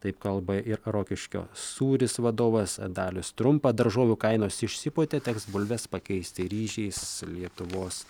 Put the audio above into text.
taip kalba ir rokiškio sūris vadovas dalius trumpa daržovių kainos išsipūtė teks bulves pakeisti ryžiais lietuvos